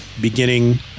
beginning